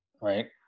right